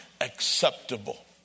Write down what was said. acceptable